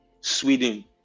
Sweden